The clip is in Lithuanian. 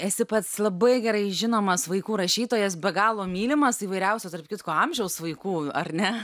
esi pats labai gerai žinomas vaikų rašytojas be galo mylimas įvairiausio tarp kitko amžiaus vaikų ar ne